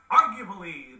arguably